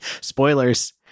spoilers